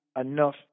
enough